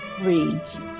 reads